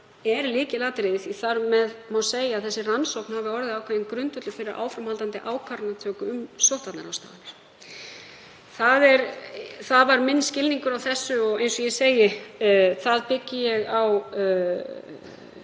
lykilatriði því að þar með má segja að þessi rannsókn hafi orðið ákveðinn grundvöllur fyrir áframhaldandi ákvarðanatöku um sóttvarnaráðstafanir. Það var minn skilningur á þessu og eins og ég segi þá byggi ég